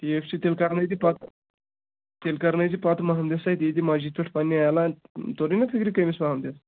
ٹھیٖک چھِ تیٚلہِ کَرنٲیو تُہۍ پَتہٕ تیٚلہِ کَرنٲیِو تُہۍ پَتہٕ محمدِس اَتھِ ییٚتہِ مَسجد پٮ۪ٹھ پنٛنہِ اعلان توٚرُے نہ فِکرِ کٔمِس محمدِس